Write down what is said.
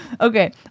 Okay